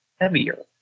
heavier